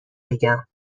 بگم